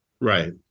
Right